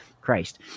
Christ